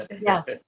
Yes